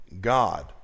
God